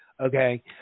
okay